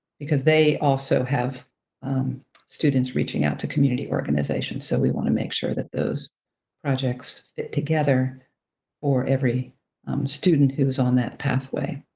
because they also have students reaching out to community organizations, so we wanna make sure that those projects fit together for every student who's on that pathway.